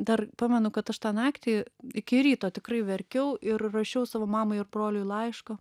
dar pamenu kad aš tą naktį iki ryto tikrai verkiau ir rašiau savo mamai ir broliui laišką